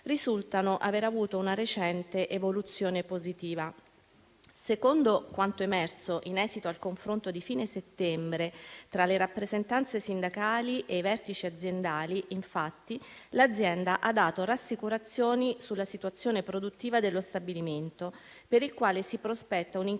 risultano aver avuto una recente evoluzione positiva. Secondo quanto emerso in esito al confronto di fine settembre tra le rappresentanze sindacali e i vertici aziendali, infatti, l'azienda ha dato rassicurazioni sulla situazione produttiva dello stabilimento per il quale si prospetta un incremento